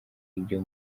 ibyo